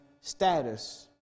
status